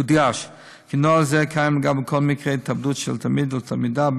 יודגש כי נוהל זה קיים לגבי כל מקרה התאבדות של תלמיד או תלמידה,